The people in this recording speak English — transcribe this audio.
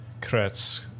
Kretz